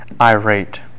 irate